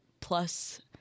Plus